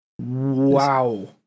Wow